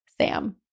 Sam